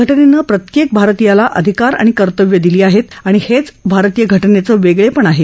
घटनेनं प्रत्येक भारतीयाला अधिकार आणि कर्तव्य दिले आहेत आणि हेच भारतीय घटनेचं वेगळे ण आहे